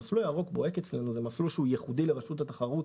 המסלול הזה ייחודי לרשות התחרות